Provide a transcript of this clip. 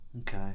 Okay